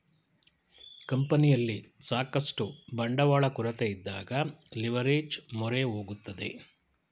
ಕಂಪನಿಯಲ್ಲಿ ಸಾಕಷ್ಟು ಬಂಡವಾಳ ಕೊರತೆಯಿದ್ದಾಗ ಲಿವರ್ಏಜ್ ಮೊರೆ ಹೋಗುತ್ತದೆ